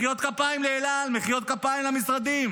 מחיאות כפיים לאל על, מחיאות כפיים למשרדים.